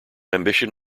ambition